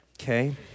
Okay